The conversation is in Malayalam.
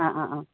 ആ ആ ആ